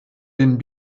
den